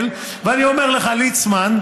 ואני לא עובד באקדמיה,